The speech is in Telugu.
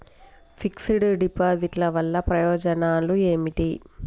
ఫిక్స్ డ్ డిపాజిట్ వల్ల ప్రయోజనాలు ఏమిటి?